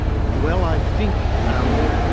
well, i think um